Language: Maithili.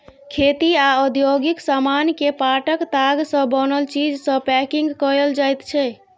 खेती आ औद्योगिक समान केँ पाटक ताग सँ बनल चीज सँ पैंकिग कएल जाइत छै